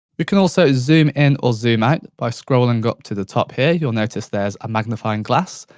you can also zoom in or zoom out by scrolling up to the top here, you'll notice there's a magnifying glass,